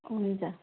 हुन्छ